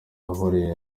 akuriye